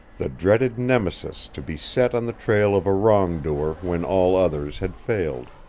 the dreaded nemesis to be set on the trail of a wrong-doer when all others had failed.